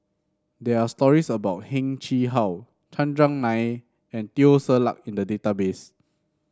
there are stories about Heng Chee How Chandran Nair and Teo Ser Luck in the database